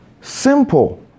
Simple